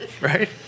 Right